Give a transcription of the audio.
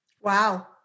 Wow